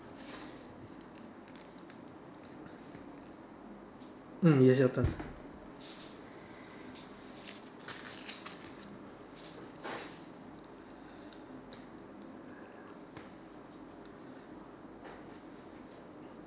mm yes your turn